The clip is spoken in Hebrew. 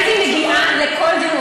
הייתי מגיעה לכל דיון,